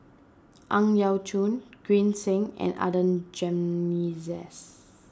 Ang Yau Choon Green Zeng and Adan Jimenez